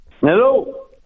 Hello